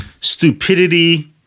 stupidity